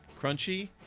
Crunchy